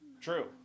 True